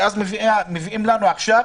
מביאים לנו עכשיו,